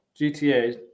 gta